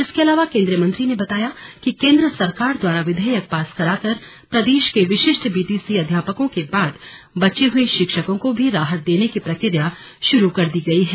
इसके अलावा केंद्रीय मंत्री ने बताया कि केंद्र सरकार द्वारा विधेयक पास कराकर प्रदेश के विशिष्ट बीटीसी अध्यापकों के बाद बचे हए शिक्षकों को भी राहत देने की प्रक्रिया शुरू कर दी गई है